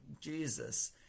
Jesus